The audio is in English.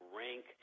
rank